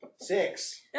Six